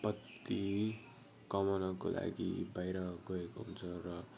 पति कमाउनको लागि बाहिर गएको हुन्छ र